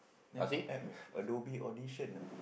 never put App leh Adobe audition lah